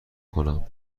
کنم